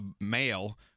male